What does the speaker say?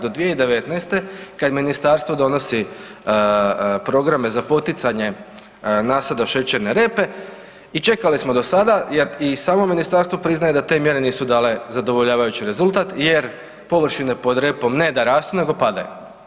Do 2019. kad ministarstvo donosi programe za poticanje nasada šećerne repe i čekali smo do sada jer i samo ministarstvo priznaje da te mjere nisu dale zadovoljavajući rezultat jer površine pod repom ne da rastu nego padaju.